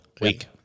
week